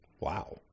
Wow